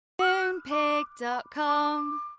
Moonpig.com